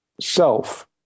self